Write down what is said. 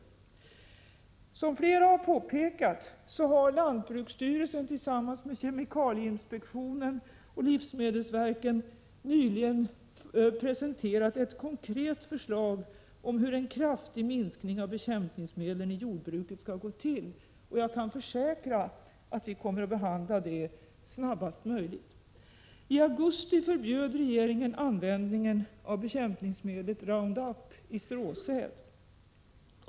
Som flera har påpekat har lantbruksstyrelsen tillsammans med kemikalieinspektionen och livsmedelsverket nyligen på regeringens uppdrag presenterat ett konkret förslag om hur en kraftig minskning av bekämpningsmedlen i jordbruket skall gå till, och jag kan försäkra att vi kommer att behandla denna fråga så snabbt som möjligt. I augusti förbjöd regeringen användningen av bekämpningsmedlet Roundup i stråsäd.